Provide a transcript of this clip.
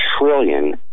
trillion